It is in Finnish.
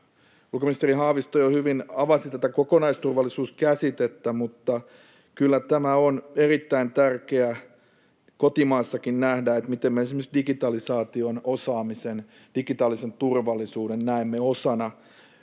ulkoministeri Haavisto jo hyvin avasi tätä kokonaisturvallisuuskäsitettä, mutta on kyllä erittäin tärkeä kotimaassakin nähdä, miten me esimerkiksi digitalisaation, osaamisen, digitaalisen turvallisuuden näemme osana